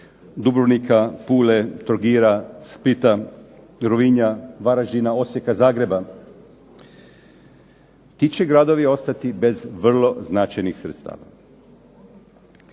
Dubrovnika, Pule, Trogira, Splita, Rovinja, Varaždina, Osijeka, Zagreba. Ti će gradovi ostati bez vrlo značajnih sredstva.